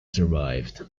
survived